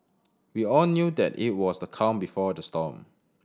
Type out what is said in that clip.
we all knew that it was the calm before the storm